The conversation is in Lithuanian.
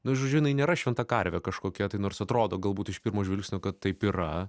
nu žodžiu jinai nėra šventa karvė kažkokia tai nors atrodo galbūt iš pirmo žvilgsnio kad taip yra